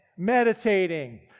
meditating